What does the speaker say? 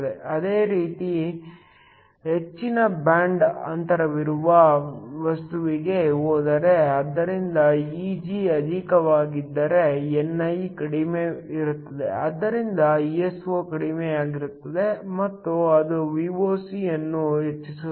ಅದೇ ರೀತಿ ಹೆಚ್ಚಿನ ಬ್ಯಾಂಡ್ ಅಂತರವಿರುವ ವಸ್ತುವಿಗೆ ಹೋದರೆ ಆದ್ದರಿಂದ Eg ಅಧಿಕವಾಗಿದ್ದರೆ ni ಕಡಿಮೆ ಇರುತ್ತದೆ ಆದ್ದರಿಂದ Iso ಕಡಿಮೆಯಾಗಿರುತ್ತದೆ ಮತ್ತು ಅದು Voc ಅನ್ನು ಹೆಚ್ಚಿಸುತ್ತದೆ